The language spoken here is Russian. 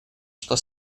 что